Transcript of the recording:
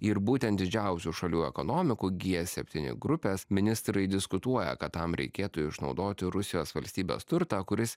ir būtent didžiausių šalių ekonomikų g septyni grupės ministrai diskutuoja kad tam reikėtų išnaudoti rusijos valstybės turtą kuris